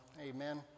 amen